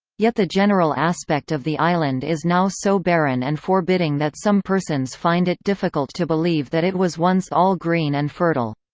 yet the general aspect of the island is now so barren and forbidding that some persons find it difficult to believe that it was once all green and fertile.